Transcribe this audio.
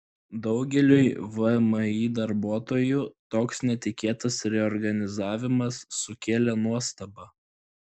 daugeliui vmi darbuotojų toks netikėtas reorganizavimas sukėlė nuostabą